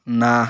ନା